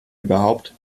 überhaupt